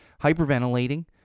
hyperventilating